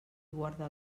guarda